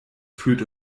fühlt